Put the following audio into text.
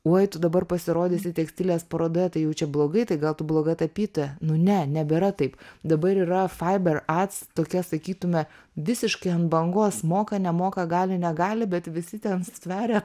oi tu dabar pasirodysi tekstilės parodoje tai jau čia blogai tai gal tu bloga tapyta ne nebėra taip dabar yra tokia sakytumėme visiškai ant bangos moka nemoka gali negali bet visi ten stveria